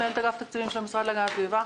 מנהלת אגף תקציבים של המשרד להגנת הסביבה.